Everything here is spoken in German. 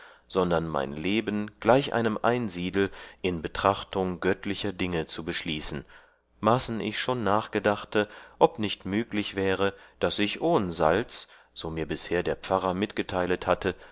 sondern mein leben gleich meinem einsiedel in betrachtung göttlicher dinge zu beschließen maßen ich schon nachgedachte ob nicht müglich wäre daß ich ohn salz so mir bisher der pfarrer mitgeteilet hatte